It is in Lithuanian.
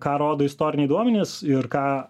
ką rodo istoriniai duomenys ir ką